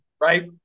Right